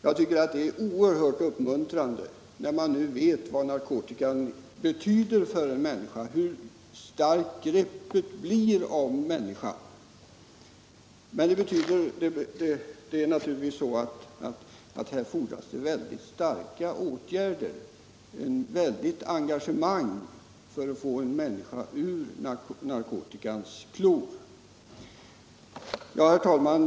Jag tycker att det är oerhört uppmuntrande, när man vet vad narkotikan betyder för dem som är beroende — hur starkt greppet blir om de människorna. Men det fordras naturligtvis ett väldigt engagemang för att få en människa ur narkotikans klor. Herr talman!